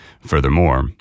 Furthermore